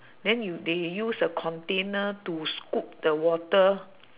then u~ they use a container to scoop the water